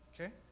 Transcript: Okay